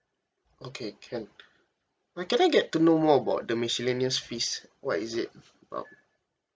okay can but can I get to know more about the miscellaneous fees what is it about